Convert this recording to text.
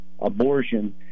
abortion